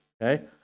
okay